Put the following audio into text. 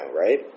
right